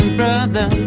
brother